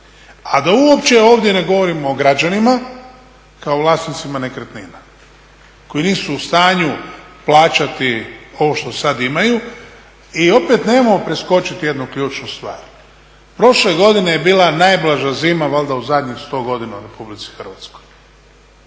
A da uopće ovdje ne govorimo o građanima kao o vlasnicima nekretnina koji nisu u stanju plaćati ovo što sada imaju. I opet nemojmo preskočiti jednu ključnu stvar, prošle godine je bila najblaža zima valjda u zadnjih 100 godina u RH.